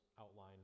outline